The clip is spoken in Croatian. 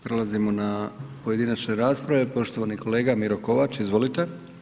Prelazimo na pojedinačne rasprave, poštovani kolega Miro Kovač, izvolite.